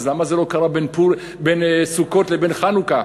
אז למה זה לא קרה בין סוכות לבין חנוכה?